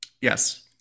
Yes